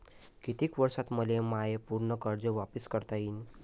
कितीक वर्षात मले माय पूर कर्ज वापिस करता येईन?